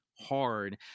hard